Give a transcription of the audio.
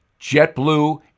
JetBlue